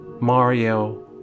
Mario